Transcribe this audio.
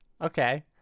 Okay